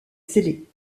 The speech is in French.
scellée